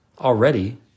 Already